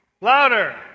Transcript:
Louder